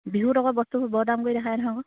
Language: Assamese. বিহু আকৌ বস্তুবোৰ বৰ দাম কৰি দেখায় নহয় আকৌ